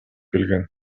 келген